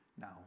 now